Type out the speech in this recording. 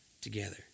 together